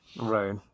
Right